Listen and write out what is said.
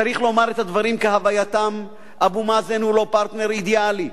צריך לומר את הדברים כהווייתם: אבו מאזן הוא לא פרטנר אידיאלי,